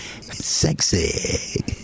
Sexy